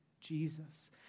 Jesus